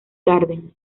garden